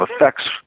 effects